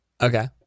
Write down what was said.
okay